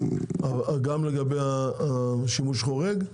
גם לגבי השימוש החורג,